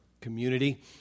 community